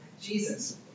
Jesus